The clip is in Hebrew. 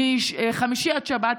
מחמישי עד שבת.